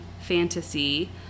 fantasy